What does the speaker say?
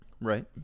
Right